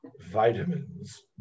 Vitamins